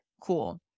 Cool